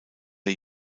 der